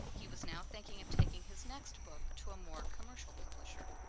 he was now thinking of taking his next book to a more commercial publisher.